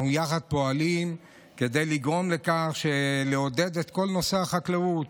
ואנחנו יחד פועלים כדי לעודד את כל נושא החקלאות.